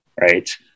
right